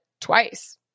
twice